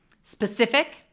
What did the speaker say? specific